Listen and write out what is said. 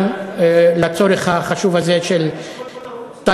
גם לצורך החשוב הזה של טייבה,